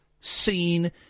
seen